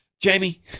Jamie